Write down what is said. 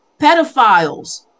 pedophiles